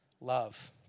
love